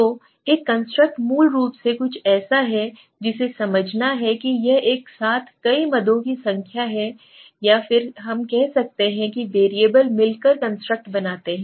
तो एक कंस्ट्रक्ट मूल रूप से कुछ ऐसा है जिसे समझना है कि यह एक साथ कई मदों की संख्या है या फिर कह सकते हैं कि वेरिएबल मिलकर कंस्ट्रक्ट बनाते हैं